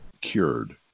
cured